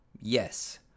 Yes